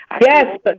Yes